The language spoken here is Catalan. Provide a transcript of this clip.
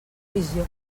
visió